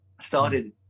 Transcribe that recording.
started